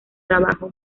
trabajo